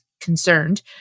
concerned